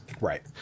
Right